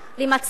למצב של חרדה.